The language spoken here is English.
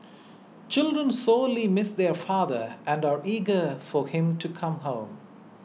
children sorely miss their father and are eager for him to come home